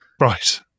Right